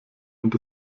und